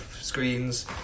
screens